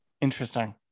Interesting